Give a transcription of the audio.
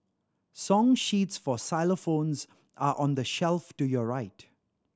song sheets for xylophones are on the shelf to your right